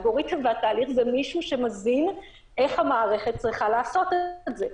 האלגוריתם והתהליך הם מישהו שמסביר איך המערכת צריכה לעשות את זה.